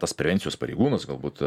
tas prevencijos pareigūnas galbūt